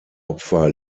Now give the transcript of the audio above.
opfer